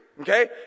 okay